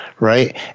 Right